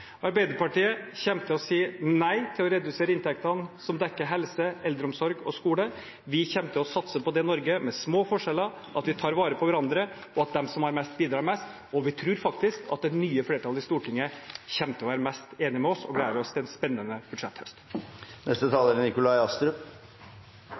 Arbeiderpartiet kommer til å si nei til å redusere inntektene som dekker helse, eldreomsorg og skole. Vi kommer til å satse på et Norge med små forskjeller, at vi tar vare på hverandre, og at de som har mest, bidrar mest. Vi tror faktisk at det nye flertallet i Stortinget kommer til å være mest enig med oss, og vi gleder oss til en spennende budsjetthøst.